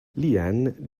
leanne